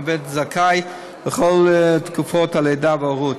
עובד זכאי לכל תקופת הלידה וההורות.